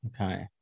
Okay